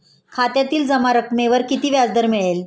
खात्यातील जमा रकमेवर किती व्याजदर मिळेल?